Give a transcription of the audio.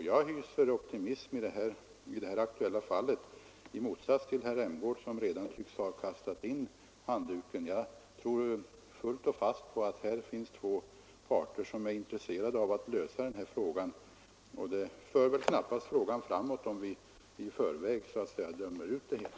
Jag hyser optimism i det aktuella fallet — i motsats till herr Rämgård, som redan tycks ha kastat in handduken. Jag tror fullt och fast på att dessa två parter är intresserade av en positiv lösning, och det för knappast frågan framåt om vi i förväg dömer ut det hela.